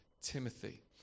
Timothy